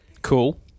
Cool